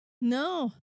No